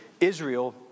Israel